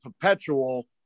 perpetual